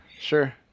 sure